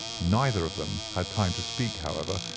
neither of them had time to speak, however,